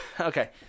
okay